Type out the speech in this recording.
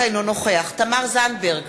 אינו נוכח תמר זנדברג,